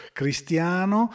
cristiano